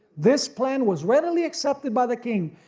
this plan was readily accepted by the king,